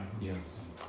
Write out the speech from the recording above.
Yes